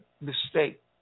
mistake